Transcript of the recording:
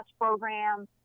program